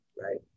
right